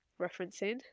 referencing